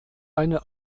eine